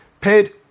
paid